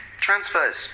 transfers